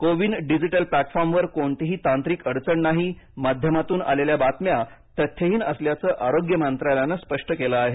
CoWIN digital प्लॅटफॉर्मवर कोणतीही तांत्रिक अडचण नाही माध्यमातून आलेल्या बातम्या तथ्यहीन असल्याचं आरोग्य मंत्रालयानं स्पष्ट केलं आहे